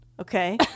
okay